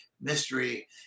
mystery